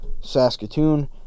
Saskatoon